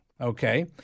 Okay